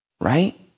right